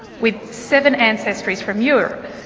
with seven ancestries from europe.